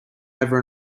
over